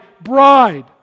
bride